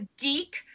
geek